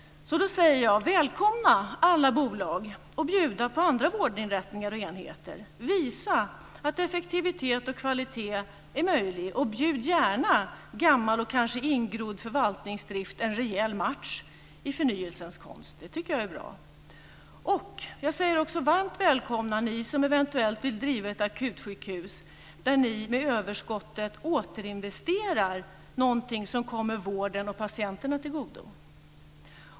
Då säger jag: Välkomna alla bolag att bjuda på andra vårdinrättningar och enheter! Visa att effektivitet och kvalitet är möjligt! Och bjud gärna gammal och kanske ingrodd förvaltningsdrift en rejäl match i förnyelsens konst. Det tycker jag vore bra. Jag säger också varmt välkomna till er som eventuellt vill driva ett akutsjukhus, där ni med överskottet återinvesterar någonting som kommer vården och patienterna till godo.